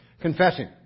confessing